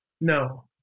No